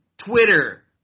Twitter